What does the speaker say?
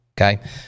okay